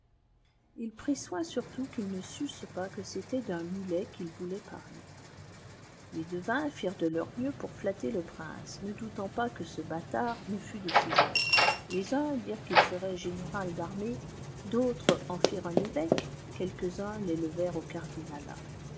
il prit s nn surtout qu'ils ne sussent pas que c'était d'un mulet qu'il voulait parler les devms firent de leur mieux pour flatter le prince ne doutant pas que ce bâtard ne fût de ses œuvres les uns dirent qu'il serait général d'armée d'autres en firent un evêque quelques-uns rélevèrent au cardinalat